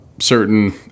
certain